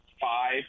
five